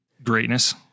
Greatness